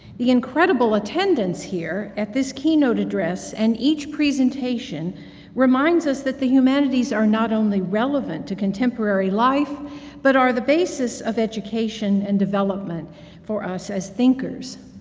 the incredible attendance here at this keynote address and each presentation reminds us that the humanities are not only relevant to contemporary life but are the basis of education and development for us as thinkers.